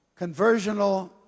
conversional